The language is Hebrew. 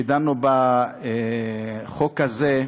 כשדנו בחוק הזה,